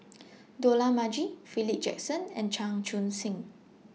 Dollah Majid Philip Jackson and Chan Chun Sing